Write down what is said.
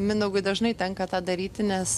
mindaugui dažnai tenka tą daryti nes